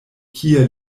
kie